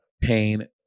pain